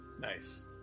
Nice